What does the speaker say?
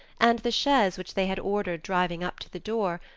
and the chaise which they had ordered, driving up to the door,